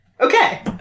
Okay